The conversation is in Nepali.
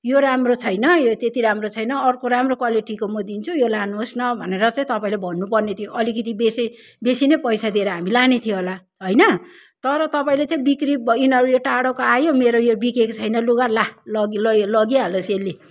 यो राम्रो छैन यो त्यति राम्रो छैन अर्को राम्रो क्वालिटीको म दिन्छु यो लानुहोस् न भनेर चाहिँ तपाईँले भन्नु पर्ने थियो अलिकति बेसै बेसी नै पैसा दिएर हामी लाने थियौँ होला होइन तर तपाईँले चाहिँ बिक्री भयो यिनीहरू यो टाढोको आयो मेरो यो बिकेको छैन लुगा ला लगी लाई लगिहालोस् यसले